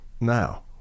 now